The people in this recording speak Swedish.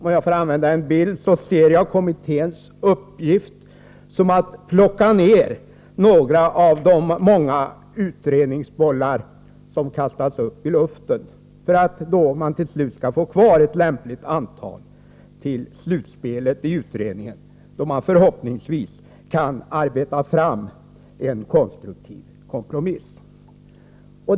Låg mig använda en bild och säga att jag ser det som kommitténs uppgift att plocka ned några av de många utredningsbollar som kastats upp i luften för att få kvar ett lämpligt antal till slutspelet i utredningen, då en konstruktiv kompromiss förhoppningsvis kan arbetas fram.